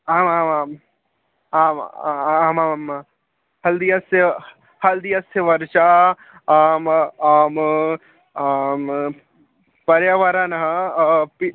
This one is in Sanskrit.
आम् आम् आम् आम अहम् हल्दियस्य हल्दियस्य वर्षा आम् आमू आम् पर्यावरणम् अपि